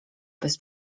bez